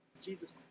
Jesus